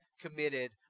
committed